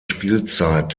spielzeit